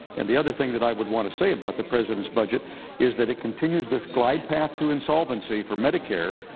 and the other thing that i would want to say about the president's budget is that it continues this glide path to insolvency for medicare,